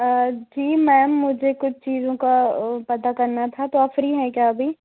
जी ma'am मुझे कुछ चीज़ों का पता करना था तो आप फ्री हैं क्या अभी